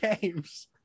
games